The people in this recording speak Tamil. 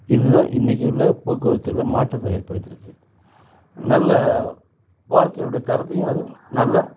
இதுதான் இன்னைக்கு உள்ள போக்குவரத்தில் மாற்றத்தை ஏற்படுத்தியிருக்கு நல்ல வாழ்க்கையினுடைய தரத்தையும் அது நல்லா